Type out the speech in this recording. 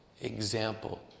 example